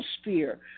sphere